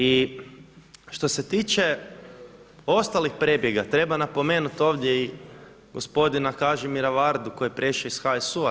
I što se tiče ostalih prebjega, treba napomenut ovdje i gospodina Kažimira Vardu koji je prešao iz HSU-a.